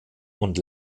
und